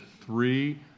three